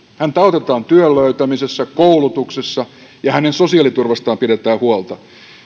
häntä autetaan työn löytämisessä koulutuksessa ja hänen sosiaaliturvastaan pidetään huolta